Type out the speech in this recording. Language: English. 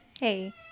Hey